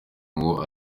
ngo